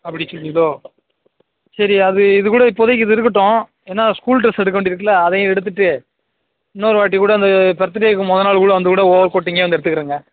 அப்படி சொல்கிறீங்களோ சரி அது இது கூட இப்போதைக்கு இது இருக்கட்டும் ஏன்னால் ஸ்கூல் ட்ரெஸ் எடுக்க வேண்டி இருக்குதுல்ல அதையும் எடுத்துகிட்டு இன்னொருவாட்டி கூட அந்த பர்த்டேவுக்கு மொதல் நாள் கூட வந்து கூட ஓவர் கோட்டிங்கே வந்து எடுத்துக்கிறேங்க